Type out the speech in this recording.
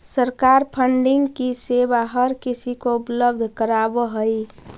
सरकार फंडिंग की सेवा हर किसी को उपलब्ध करावअ हई